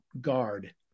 guard